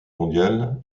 mondiale